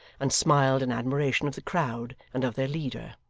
and smiled in admiration of the crowd and of their leader.